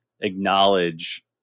acknowledge